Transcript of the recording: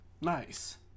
Nice